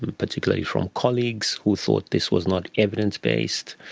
and particularly from colleagues who thought this was not evidence-based,